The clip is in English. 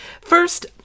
First